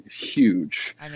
huge